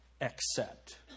Accept